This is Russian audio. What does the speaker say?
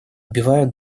убивают